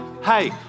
hey